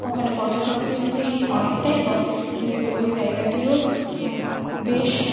ওখানে পর্যটকদের ভিড় অনেকটাই কম কিন্তু ওই জায়গাটিও বেশ